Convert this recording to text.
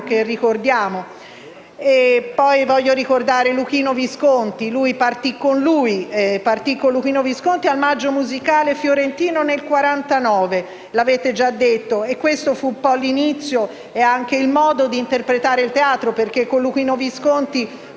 che ricordiamo. Voglio poi ricordare Luchino Visconti. Albertazzi partì con lui al Maggio musicale fiorentino nel 1949, l'avete già detto, e questo fu l'inizio e anche il modo di interpretare il teatro perché un incontro con